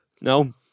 no